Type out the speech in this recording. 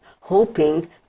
hoping